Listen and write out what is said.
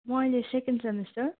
म अहिले second semester